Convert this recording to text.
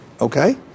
Okay